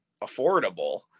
affordable